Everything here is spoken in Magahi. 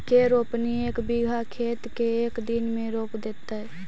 के रोपनी एक बिघा खेत के एक दिन में रोप देतै?